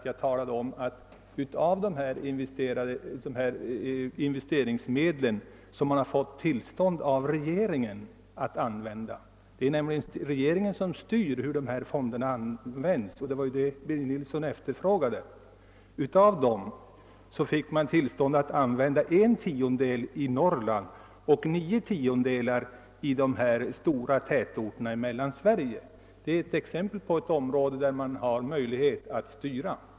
Jag talade om att av de investeringsmedel som företaget fått tillstånd av regeringen att använda — det är nämligen regeringen som styr hur investeringsfonderna används, och det var det herr Nilsson i Östersund frågade om — får en tiondel användas i Norrland och nio tiondelar för investeringar i stora tätorter i Mellansverige. Detta är ett exempel på insatser som regeringen har möjlighet att styra.